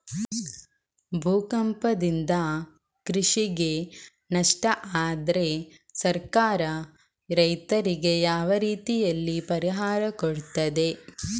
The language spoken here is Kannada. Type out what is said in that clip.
ಭೂಕಂಪದಿಂದ ಕೃಷಿಗೆ ನಷ್ಟ ಆದ್ರೆ ಸರ್ಕಾರ ರೈತರಿಗೆ ಯಾವ ರೀತಿಯಲ್ಲಿ ಪರಿಹಾರ ಕೊಡ್ತದೆ?